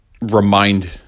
remind